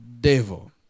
devil